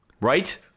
right